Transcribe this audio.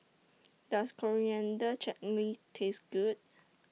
Does Coriander Chutney Taste Good